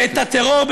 ואת הטרור,